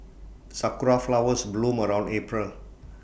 Sakura Flowers bloom around April